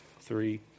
three